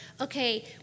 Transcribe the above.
okay